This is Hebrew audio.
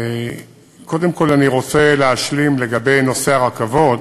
קודם כול, אני רוצה להשלים לגבי נושא הרכבות,